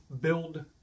build